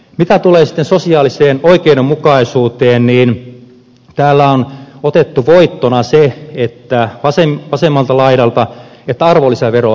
mitä tulee sosiaaliseen oikeudenmukaisuuteen niin täällä on otettu voittona vasemmalla laidalla se että arvonlisäveroa ei nostettu